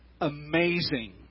amazing